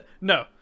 No